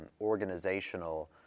organizational